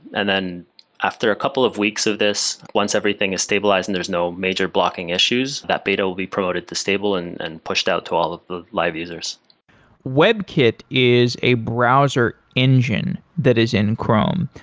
and then after a couple of weeks of this once everything is stabilized and there's no major blocking issues, that beta will be promoted to stable and pushed out to all of the live users webkit is a browser engine that is in chrome.